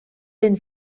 den